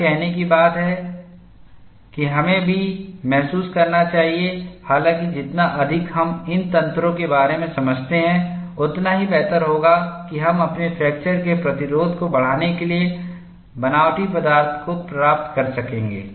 यह कहने के बाद कि हमें भी महसूस करना चाहिए हालांकि जितना अधिक हम इन तंत्रों के बारे में समझते हैं उतना ही बेहतर होगा कि हम अपने फ्रैक्चर के प्रतिरोध को बढ़ाने के लिए बानावटी पदार्थ को प्राप्त कर सकेंगे